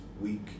week